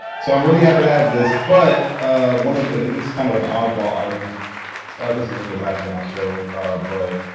so i'm really happy to have this but one of the it's kind of an oddball item this isn't the last thing i'll show but